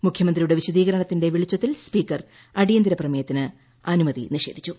മുഖ്യമന്ത്രിയുടെ വിശദീകരണത്തിന്റെ വെളിച്ചത്തിൽ സ്പീക്കർ അടിയന്തര പ്രമേയത്തിന് അനുമതി നിഷേധിച്ചു